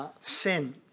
sin